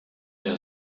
der